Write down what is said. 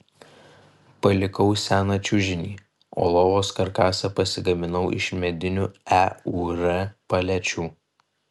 palikau seną čiužinį o lovos karkasą pasigaminau iš medinių eur palečių